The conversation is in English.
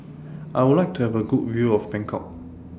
I Would like to Have A Good View of Bangkok